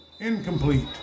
Incomplete